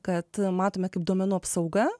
kad matome kaip duomenų apsauga